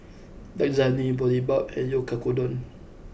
Lasagne Boribap and Oyakodon